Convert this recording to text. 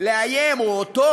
או אותו,